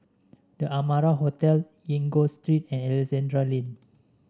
The Amara Hotel Enggor Street and Alexandra Lane